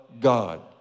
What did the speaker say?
god